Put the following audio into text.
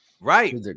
right